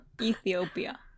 Ethiopia